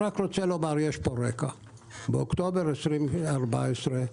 באוקטובר 2014,